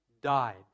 died